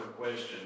Question